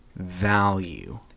value